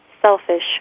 selfish